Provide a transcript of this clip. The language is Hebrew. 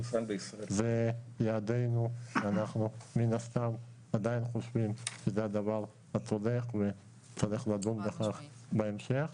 זה יעדינו ומן הסתם אנחנו עדיין חושבים שזה הדבר הצודק ונדון בכך בהמשך.